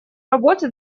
работе